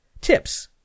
Tips